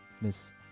Miss